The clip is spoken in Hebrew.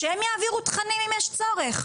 שהם יעבירו תכנים אם יש צורך.